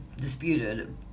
disputed